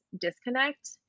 disconnect